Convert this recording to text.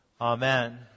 Amen